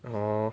orh